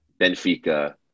Benfica